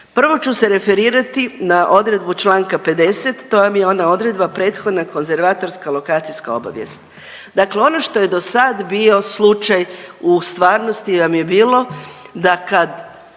Prvo ću se referirati na odredbu čl. 50., to vam je ona odredba prethodna konzervatorska, lokacijska obavijest, dakle ono što je do sad bio slučaj u stvarnosti vam je bilo da kad